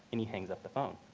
and he hangs up the phone.